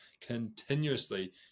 continuously